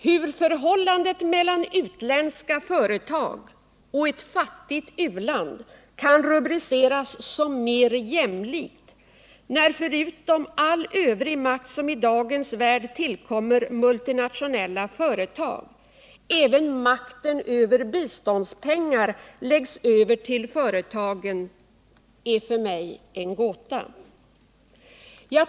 Hur förhållandet mellan utländska företag och ett fattigt u-land kan rubriceras som jämlikt när, förutom all övrig makt som i dagens värld tillkommer multinationella företag, även makten över biståndspengar läggs över till företagen, är för mig en gåta.